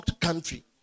country